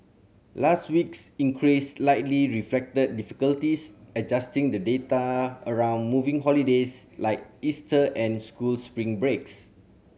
last week's increase likely reflected difficulties adjusting the data around moving holidays like Easter and school spring breaks